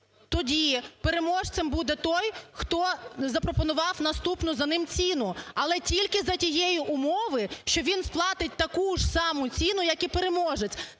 тоді переможцем буде той, хто запропонував наступну за ним ціну. Але тільки за тієї умови, що він сплатить таку ж саму ціну, як і переможець.